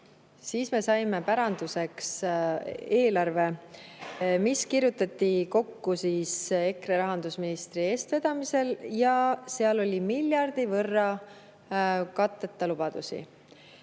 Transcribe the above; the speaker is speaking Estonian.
siis me saime päranduseks eelarve, mis oli kirjutatud kokku EKRE rahandusministri eestvedamisel. Seal oli miljardi võrra katteta lubadusi.